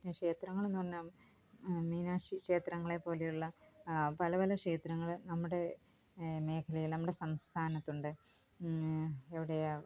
പിന്നെ ക്ഷേത്രങ്ങളെന്നു പറഞ്ഞാൽ മീനാക്ഷി ക്ഷേത്രങ്ങളെ പോലെയുള്ള പല പല ക്ഷേത്രങ്ങൾ നമ്മുടെ മേഖലയില് നമ്മുടെ സംസ്ഥാനത്തുണ്ട് പിന്നെ എവിടെയാണ്